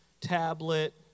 tablet